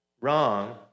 wrong